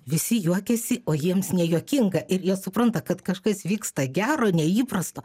visi juokiasi o jiems nejuokinga ir jie supranta kad kažkas vyksta gero neįprasto